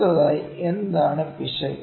അടുത്തതായി എന്താണ് ഒരു പിശക്